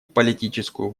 политическую